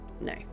no